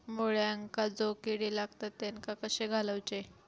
मुळ्यांका जो किडे लागतात तेनका कशे घालवचे?